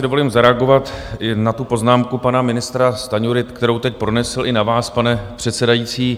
Dovolím si zareagovat i na tu poznámku pana ministra Stanjury, kterou teď pronesl i na vás, pane předsedající.